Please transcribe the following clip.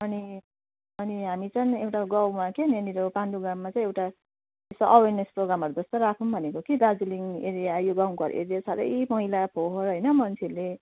अनि अनि हामी चाहिँ एउटा गाउँमा क्या यहाँनिरि पान्डू ग्राममा एउटा यसो अवेयरनेस प्रोग्रामहरू जस्तो राखौँ भनेको कि दार्जिलिङ एरिया यो गाउँघर एरिया साह्रै मैला फोहोर हैन मान्छेले